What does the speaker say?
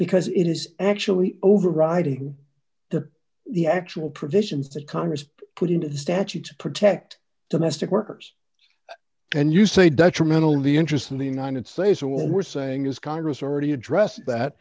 because it is actually overriding the the actual provisions that congress put into the statute to protect domestic workers and you say detrimental the interest in the united states will we're saying is congress already addressed that